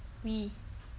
we